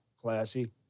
classy